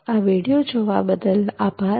આ વીડિયો જોવા બદલ આભાર